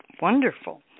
Wonderful